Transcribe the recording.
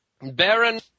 Baron